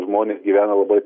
žmonės gyvena labai